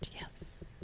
Yes